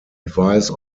advice